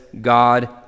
God